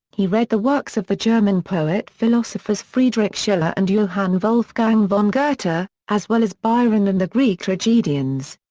he read the works of the german poet-philosophers friedrich schiller and johann wolfgang von goethe, but as well as byron and the greek tragedians.